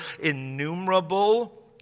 innumerable